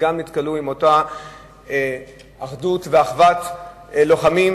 וגם שם הם נתקלו באותה אחדות ואחוות לוחמים